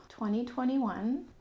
2021